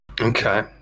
Okay